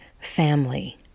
family